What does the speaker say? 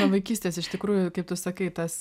nuo vaikystės iš tikrųjų kaip tu sakai tas